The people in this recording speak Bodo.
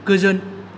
गोजोन